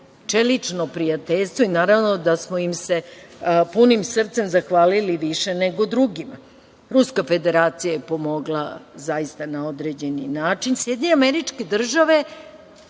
čelično prijateljstvo i naravno da smo im se punim srcem zahvalili više nego drugima. Ruska Federacija je pomogla, zaista, na određen način.